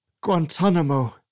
Guantanamo